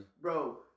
Bro